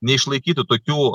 neišlaikytų tokių